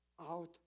out